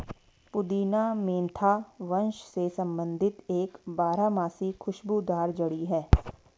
पुदीना मेंथा वंश से संबंधित एक बारहमासी खुशबूदार जड़ी है